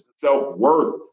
self-worth